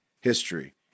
history